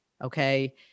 Okay